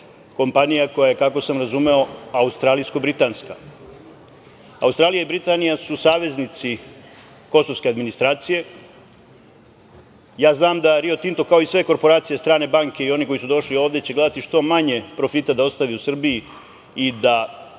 kompanija koja, kako sam razumeo, australijsko-britanska. Australija i Britanija su saveznici kosovske administracije. Ja znam da „Rio Tinto“, kao i sve korporacije, strane banke i oni koji su došli ovde će gledati što manje profita da ostavi u Srbiji i da